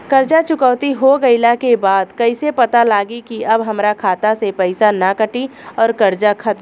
कर्जा चुकौती हो गइला के बाद कइसे पता लागी की अब हमरा खाता से पईसा ना कटी और कर्जा खत्म?